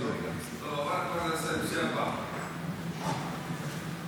דן אילוז ולימור סון הר מלך.